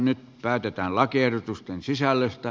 nyt päätetään lakiehdotusten sisällöstä